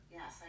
Yes